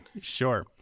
Sure